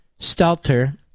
Stelter